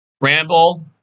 ramble